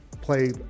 play